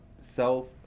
self